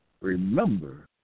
Remember